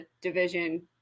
division